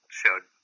showed